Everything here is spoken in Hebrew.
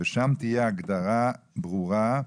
ושם תהיה הגדרה ברורה: